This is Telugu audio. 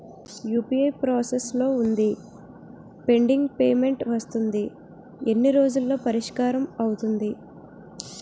యు.పి.ఐ ప్రాసెస్ లో వుందిపెండింగ్ పే మెంట్ వస్తుంది ఎన్ని రోజుల్లో పరిష్కారం అవుతుంది